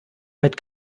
mit